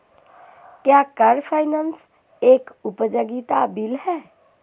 क्या car finance एक उपयोगिता बिल है?